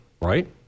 right